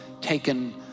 taken